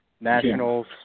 Nationals